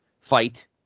Fight